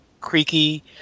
creaky